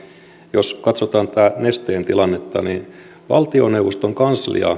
jos katsotaan tätä nesteen tilannetta niin valtioneuvoston kanslia